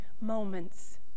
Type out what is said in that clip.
moments